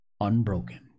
unbroken